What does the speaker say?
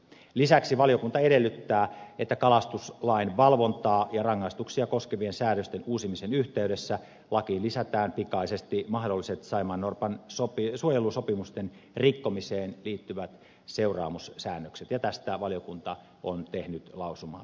lisäksi valiokunta edellyttää että kalastuslain valvontaa ja rangaistuksia koskevien säädösten uusimisen yhteydessä lakiin lisätään pikaisesti mahdolliset saimaannorpan suojelusopimusten rikkomiseen liittyvät seuraamussäännökset ja tästä valiokunta on tehnyt lausumaehdotuksen